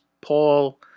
Paul